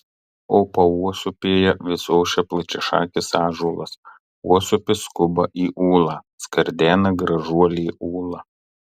o pauosupėje vis ošia plačiašakis ąžuolas uosupis skuba į ūlą skardena gražuolė ūla